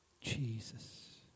Jesus